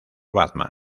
batman